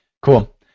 Cool